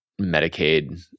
Medicaid